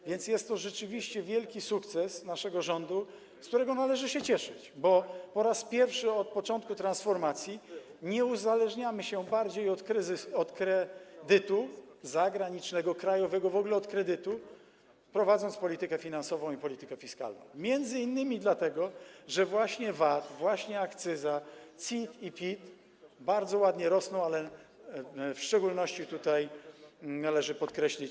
A więc jest to rzeczywiście wielki sukces naszego rządu, z którego należy się cieszyć, bo po raz pierwszy od początku transformacji nie uzależniamy się bardziej od kredytu zagranicznego, krajowego, w ogóle od kredytu, prowadząc politykę finansową i politykę fiskalną, m.in. dlatego że właśnie VAT, właśnie akcyza, CIT i PIT bardzo ładnie rosną, ale w szczególności tutaj należy podkreślić